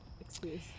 excuse